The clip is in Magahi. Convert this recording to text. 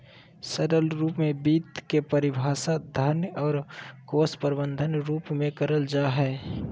सरल रूप में वित्त के परिभाषा धन और कोश प्रबन्धन रूप में कइल जा हइ